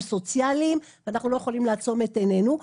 סוציאליים ואנחנו לא יכולים לעצום את עינינו.